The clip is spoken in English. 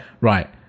right